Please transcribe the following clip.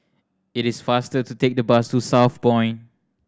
it is faster to take the bus to Southpoint